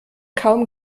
kaum